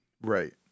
right